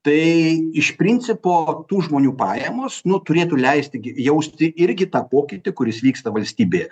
tai iš principo tų žmonių pajamos nu turėtų leisti jausti irgi tą pokytį kuris vyksta valstybėje